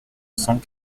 cent